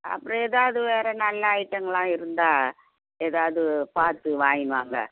அப்புறோம் ஏதாவது வேறு நல்ல ஐட்டங்களாக இருந்தால் ஏதாவது பார்த்து வாங்கினு வாங்க